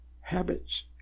habits